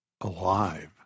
alive